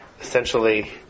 Essentially